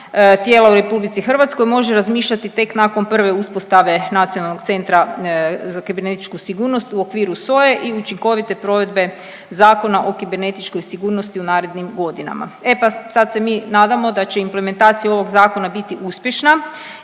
tijelo u RH može razmišljati tek nakon prve uspostave nacionalnog centra za kibernetičku sigurnost u okviru SOA-e i učinkovite provedbe Zakona o kibernetičkoj sigurnosti u narednim godinama. E pa sad se mi nadamo da će implementacija ovog zakona biti uspješna